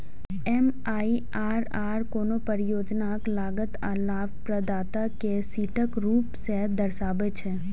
MIRR कोनो परियोजनाक लागत आ लाभप्रदता कें सटीक रूप सं दर्शाबै छै